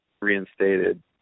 reinstated